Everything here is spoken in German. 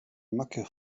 macke